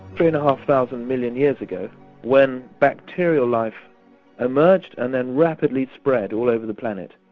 three and half thousand million years ago when bacterial life emerged and then rapidly spread all over the planet.